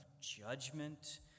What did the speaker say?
judgment